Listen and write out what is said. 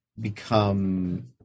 become